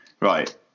right